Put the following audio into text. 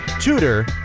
tutor